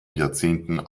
jahrzehnten